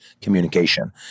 communication